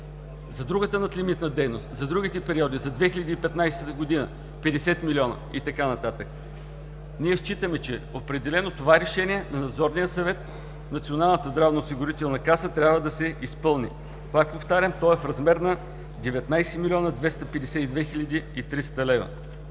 за другата надлимитна дейност, за другите периоди – за 2015 г. 50 млн. лв., и т.н. Ние считаме, че определено това решение на Надзорния съвет на Националната здравноосигурителна каса трябва да се изпълни. Пак повтарям – то е в размер на 19 млн. 252 хил. 300 лв.